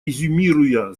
резюмируя